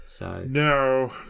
No